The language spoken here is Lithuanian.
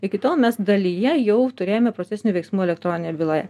iki tol mes dalyje jau turėjome procesinį veiksmų elektroninę byloje